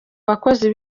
bakozi